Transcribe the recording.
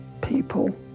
people